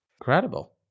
Incredible